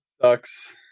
sucks